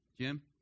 Jim